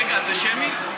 רגע, זה שמית?